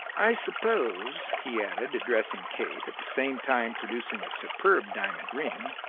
i suppose, he added, addressing kate, at the same time producing a superb diamond ring,